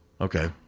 Okay